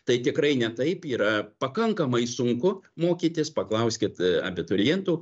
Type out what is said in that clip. tai tikrai ne taip yra pakankamai sunku mokytis paklauskit abiturientų